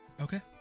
Okay